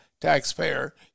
taxpayer